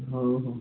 ହଉ